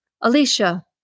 Alicia